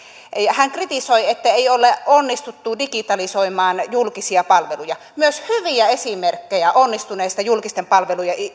hän kritisoi ettei ole onnistuttu digitalisoimaan julkisia palveluja myös hyviä esimerkkejä onnistuneesta julkisten palvelujen